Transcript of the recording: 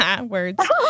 words